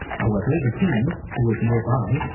however, the king, who was nearby,